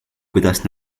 kuidas